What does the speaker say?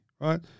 right